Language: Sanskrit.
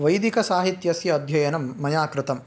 वैदिकसाहित्यस्य अध्ययनं मया कृतं